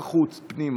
הליכוד,